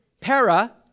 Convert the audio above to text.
para